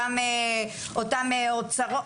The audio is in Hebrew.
אותם אוצרות,